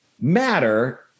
matter